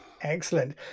Excellent